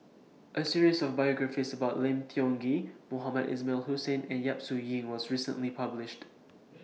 A series of biographies about Lim Tiong Ghee Mohamed Ismail Hussain and Yap Su Yin was recently published